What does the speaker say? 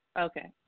Okay